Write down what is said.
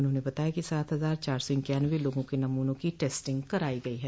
उन्होंने बताया कि सात हजार चार सौ इक्यानवे लोगों के नमूनों की टेस्टिंग कराई गई है